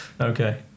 okay